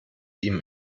ihm